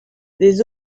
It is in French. des